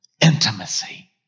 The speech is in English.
Intimacy